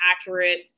accurate